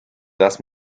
das